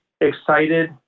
excited